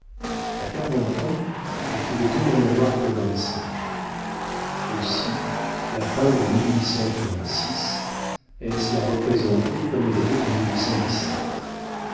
a quarante ans elle pouvait dire n'en avoir que vingt-cinq aussi la peindre est-ce la représenter comme elle était en